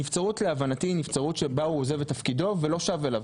נבצרות להבנתי היא נבצרות שבה הוא עוזב את תפקידו ולא שב אליו.